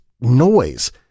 noise